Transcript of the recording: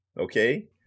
Okay